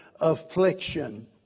affliction